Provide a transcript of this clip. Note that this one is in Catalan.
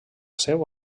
seu